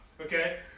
Okay